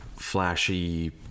flashy